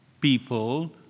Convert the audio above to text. people